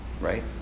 right